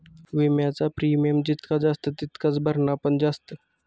विम्याचा प्रीमियम जितका जास्त तितकाच भरणा पण जास्त